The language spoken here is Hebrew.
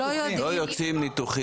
לא יוצאים ניתוחים מהשב"ן.